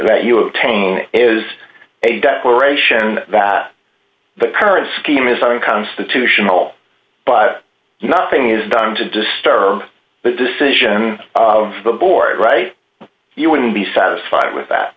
that you obtain is a declaration that the current scheme is constitutional but nothing is done to disturb the decision of the board right you wouldn't be satisfied with that